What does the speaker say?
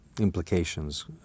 implications